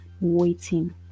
waiting